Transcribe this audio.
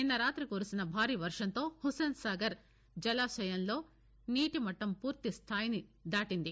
నిన్న రాతి కురిసిన భారీ వర్వంతో హుస్సేన్సాగర్ జలాశయంలో నీటిమట్టం పూర్తిస్థాయిని దాటింది